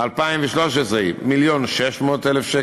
2013, 1.6 מיליון שקל.